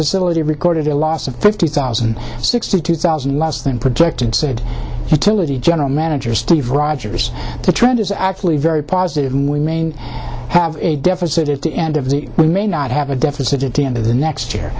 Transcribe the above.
facility recorded a loss of fifty thousand sixty two thousand less than projected said tillet the general manager steve rogers the trend is actually very positive and we may have a deficit at the end of the we may not have a deficit at the end of the next year